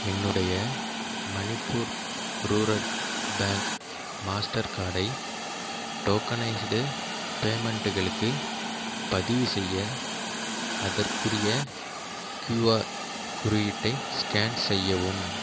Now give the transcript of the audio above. என்னுடைய Manipur rural bank master கார்டை tokenised பேமெண்ட்டுகளுக்கு பதிவுசெய்ய அதற்குரிய கியூஆர் குறியீட்டை ஸ்கேன் செய்யவும்